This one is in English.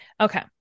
okay